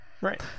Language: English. Right